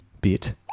bit